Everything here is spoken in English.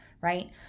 right